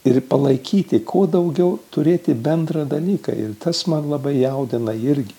ir palaikyti kuo daugiau turėti bendrą dalyką ir tas man labai jaudina irgi